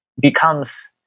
becomes